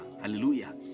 Hallelujah